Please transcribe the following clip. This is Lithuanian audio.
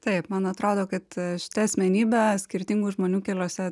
taip man atrodo kad šita asmenybė skirtingų žmonių keliuose